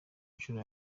nshuro